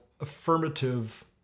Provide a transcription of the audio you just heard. affirmative